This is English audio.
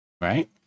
right